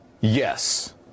yes